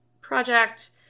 project